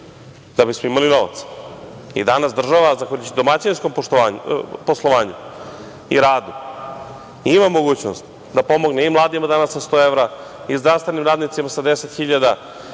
da bismo imali novac. Danas država, zahvaljujući domaćinskom poslovanju i radu, ima mogućnost da pomogne i mladima danas sa 100 evra, i zdravstvenim radnicima sa 10.000 dinara,